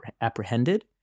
apprehended